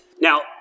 Now